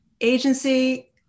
agency